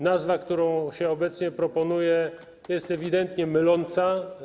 Nazwa, którą się obecnie proponuje, jest ewidentnie myląca.